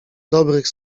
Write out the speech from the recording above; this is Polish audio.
dobrych